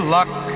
Luck